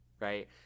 right